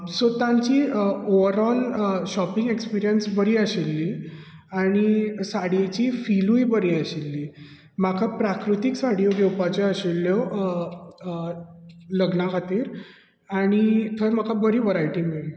so तांची overall shopping experience बरी आशिल्ली आनी साडयेची फिलूय बरी आशिल्ली म्हाका प्राकृतीक साड्यो घेवपाच्यो आशिल्ल्यो लग्ना खातीर आनी थंय म्हाका बरी वरायटी मेळ्ळी